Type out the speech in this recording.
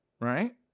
Right